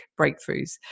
breakthroughs